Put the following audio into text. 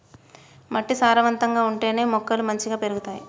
మట్టి సారవంతంగా ఉంటేనే మొక్కలు మంచిగ పెరుగుతాయి